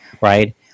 Right